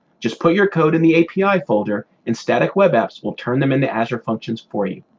just put your code in the api folder and static web apps will turn them into azure functions for you.